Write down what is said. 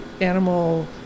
animal